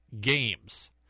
games